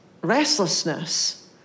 restlessness